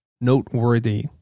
noteworthy